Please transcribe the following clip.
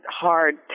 hard